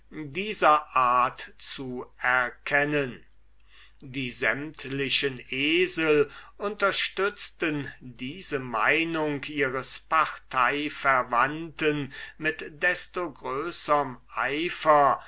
dieser art zu erkennen die sämtlichen esel unterstützten diese meinung ihres parteiverwandten mit desto größerm eifer